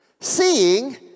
Seeing